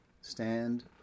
stand